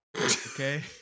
Okay